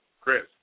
Chris